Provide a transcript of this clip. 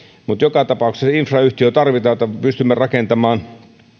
mutta joka tapauksessa infrayhtiö tarvitaan jotta pystymme rakentamaan